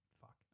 fuck